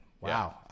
Wow